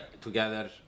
Together